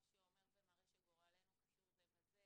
מה שאומר ומראה שגורלנו קשור זה בזה.